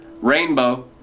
rainbow